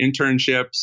internships